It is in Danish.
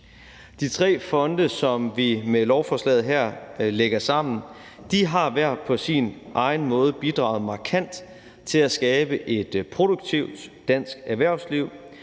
De tre fonde, som vi med lovforslaget her lægger sammen, har hver på deres egen måde bidraget markant til at skabe et produktivt dansk erhvervsliv,